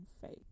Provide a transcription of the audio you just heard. faith